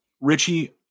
Richie